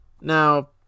Now